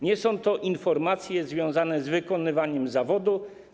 Nie są to informacje związane z wykonywaniem zawodu.